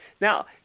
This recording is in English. Now